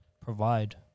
provide